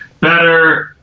better